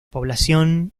población